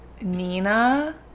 Nina